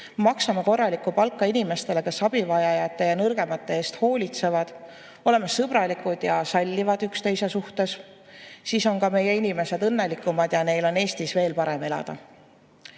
maksame korralikku palka inimestele, kes abivajajate ja nõrgemate eest hoolitsevad, oleme sõbralikud ja sallivad üksteise suhtes, siis on ka meie inimesed õnnelikumad ja neil on Eestis veel parem elada."Arm